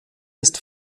ist